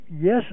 yes